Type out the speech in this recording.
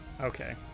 Okay